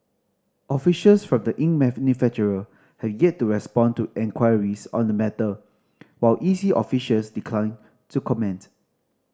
officials from the ink have yet to respond to inquires on the matter while E C officials declined to comment